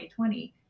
2020